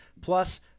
plus